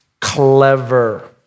clever